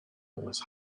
was